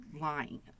lying